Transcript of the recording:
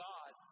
God